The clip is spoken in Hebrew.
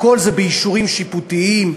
הכול זה באישורים שיפוטיים.